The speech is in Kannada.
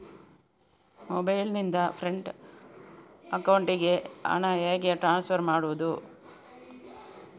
ಮೊಬೈಲ್ ನಿಂದ ಫ್ರೆಂಡ್ ಅಕೌಂಟಿಗೆ ಹಣ ಹೇಗೆ ಟ್ರಾನ್ಸ್ಫರ್ ಮಾಡುವುದು?